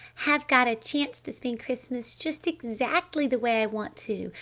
have got a chance to spend christmas just exactly the way i want to.